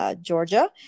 Georgia